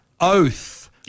Oath